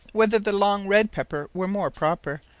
whether the long red pepper were more proper,